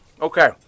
Okay